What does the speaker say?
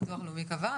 ביטוח לאומי קבע,